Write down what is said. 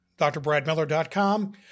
drbradmiller.com